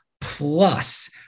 Plus